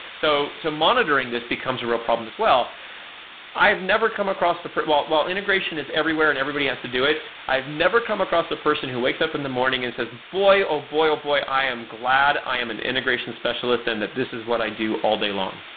so so monitoring this becomes a real problem as well i have never come across while while integration is everywhere and everybody has to do it, i've never come across a person who wakes up in the morning and says, boy, oh boy. ah i am glad i am an integration specialist and that this is what i do all day long.